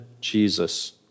Jesus